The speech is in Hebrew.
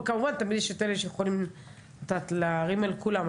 כמובן תמיד יש את אלה שיכולים להערים על כולם,